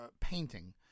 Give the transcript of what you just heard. painting